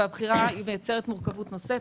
והבחירה מייצרת מורכבות נוספת.